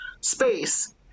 space